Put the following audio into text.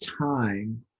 time